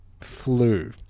Flu